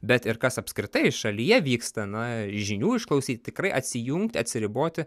bet ir kas apskritai šalyje vyksta na žinių išklausyti tikrai atsijungti atsiriboti